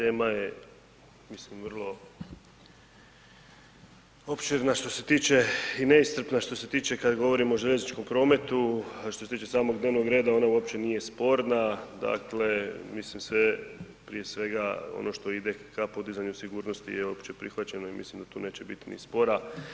Dakle, tema je mislim vrlo opširna što se tiče i neiscrpna što se tiče kad govorimo o željezničkom prometu, a što se tiče samog dnevnog reda ona uopće nije sporna, dakle misli se prije svega ono šta ide ka podizanju sigurnosti je opće prihvaćeno i mislim da tu neće biti ni spora.